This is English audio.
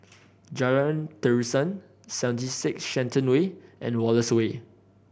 Jalan Terusan Seventy Six Shenton Way and Wallace Way